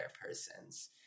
person's